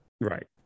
right